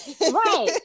Right